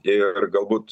ir galbūt